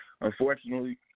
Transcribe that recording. Unfortunately